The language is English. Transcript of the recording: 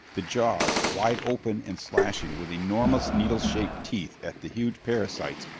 the jaws, wide open and slashing with enormous, needle-shaped teeth at the huge parasites,